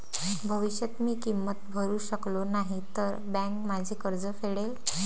भविष्यात मी किंमत भरू शकलो नाही तर बँक माझे कर्ज फेडेल